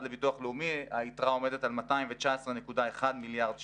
לביטוח לאומי היתרה עומדת על 219.1 מיליארד ש"ח,